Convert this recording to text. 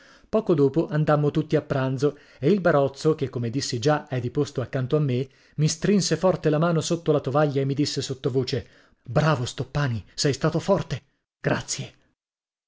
poco dopo andammo tutti a pranzo e il barozzo che come dissi già è di posto accanto a me mi strinse forte la mano sotto la tovaglia e mi disse sottovoce bravo stoppani sei stato forte grazie